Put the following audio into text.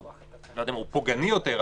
לא יודע אם הוא פוגעני יותר,